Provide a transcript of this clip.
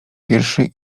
wierszy